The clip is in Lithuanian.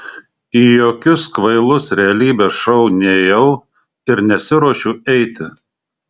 į jokius kvailus realybės šou nėjau ir nesiruošiu eiti